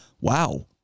Wow